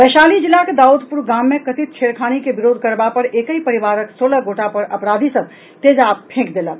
वैशाली जिलाक दाउदपुर गाम मे कथित छेड़खानी के विरोध करबा पर एकहि परिवारक सोलह गोट पर अपराधी सभ तेजाब फेंकि देलक